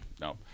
No